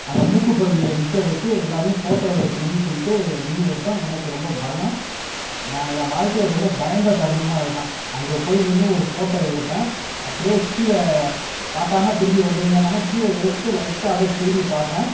அந்த மூக்கு பகுதியில் நிற்க வச்சு எல்லாரையும் ஃபோட்டோ எடுக்கணும்னு சொல்லிட்டு நின்று எடுத்தோம் எனக்கு ரொம்ப பயம் நான் ஏன் வாழ்க்கையில் ரொம்ப பயந்த தருணமும் அதுதான் அங்கே போய் நின்று ஒரு ஃபோட்டோ எடுத்தேன் அப்படியே கீழே பார்க்காம திரும்பி வந்துருங்கன்னாங்க கீழே எதுக்கும் லைட்டாக அப்படியே திரும்பி பார்த்தேன்